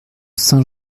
saint